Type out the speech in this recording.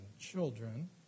children